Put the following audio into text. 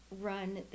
run